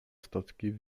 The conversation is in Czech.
statky